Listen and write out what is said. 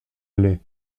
aller